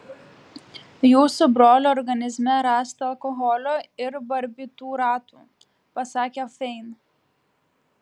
jūsų brolio organizme rasta alkoholio ir barbitūratų pasakė fain